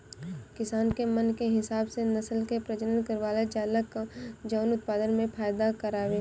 किसान के मन के हिसाब से नसल के प्रजनन करवावल जाला जवन उत्पदान में फायदा करवाए